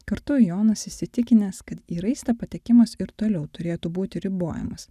kartu jonas įsitikinęs kad į raistą patekimas ir toliau turėtų būti ribojamas